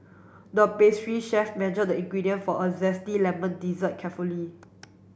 the pastry chef measured the ingredient for a zesty lemon dessert carefully